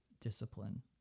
Discipline